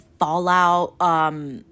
fallout